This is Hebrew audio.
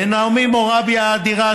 לנעמי מורביה האדירה,